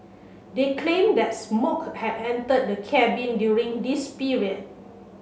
they claimed that smoke had entered the cabin during this period